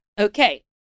Okay